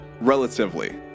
relatively